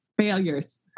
failures